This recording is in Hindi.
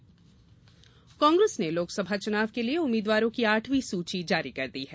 कांग्रेस सूची कांग्रेस ने लोकसभा चुनाव के लिए उम्मीदवारों की आठवीं सूची जारी कर दी है